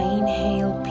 inhale